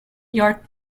york